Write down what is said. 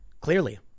clearly